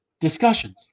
discussions